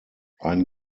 ein